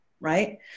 right